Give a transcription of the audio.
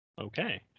okay